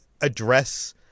address